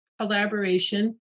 collaboration